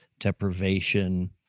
deprivation